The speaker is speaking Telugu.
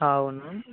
ఆ అవును